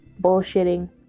bullshitting